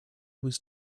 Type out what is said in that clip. was